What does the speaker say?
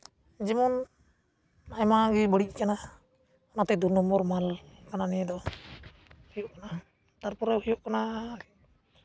ᱡᱮᱢᱚᱱ ᱟᱭᱢᱟ ᱜᱮ ᱵᱟᱹᱲᱤᱡ ᱠᱟᱱᱟ ᱚᱱᱟᱛᱮ ᱫᱩ ᱱᱚᱢᱵᱚᱨ ᱢᱟᱞ ᱠᱟᱱᱟ ᱱᱤᱭᱟᱹ ᱫᱚ ᱦᱩᱭᱩᱜ ᱠᱟᱱᱟ ᱛᱟᱨᱯᱚᱨᱮ ᱦᱩᱭᱩᱜ ᱠᱟᱱᱟ